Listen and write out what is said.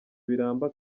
biramba